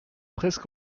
presque